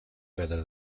whether